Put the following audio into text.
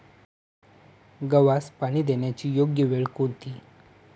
गव्हास पाणी देण्याची योग्य वेळ कोणती?